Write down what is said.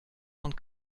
und